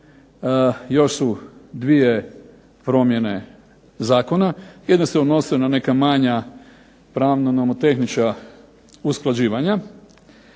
još su dvije promjene zakona. Jedni se odnose na neka manja pravna, nomotehnička usklađivanja,